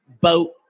boat